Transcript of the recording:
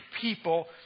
people